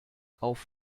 auf